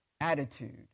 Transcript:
attitude